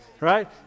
Right